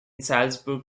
salzburg